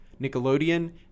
Nickelodeon